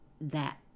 that